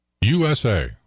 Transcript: USA